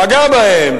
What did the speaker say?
פגע בהם,